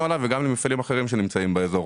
עליו וגם למפעלים אחרים שנמצאים באזור.